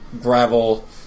gravel